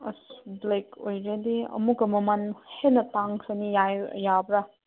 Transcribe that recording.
ꯑꯁ ꯕ꯭ꯂꯦꯛ ꯑꯣꯏꯔꯗꯤ ꯑꯃꯨꯛꯀ ꯃꯃꯜ ꯍꯦꯟꯅ ꯇꯥꯡꯈ꯭ꯔꯅꯤ ꯌꯥꯕ꯭ꯔꯥ